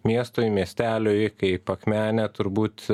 miestui miesteliui kaip akmenė turbūt